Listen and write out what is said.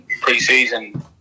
pre-season